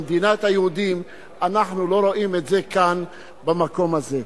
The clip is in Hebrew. במדינת היהודים אנחנו לא רואים את זה כאן במקום הזה.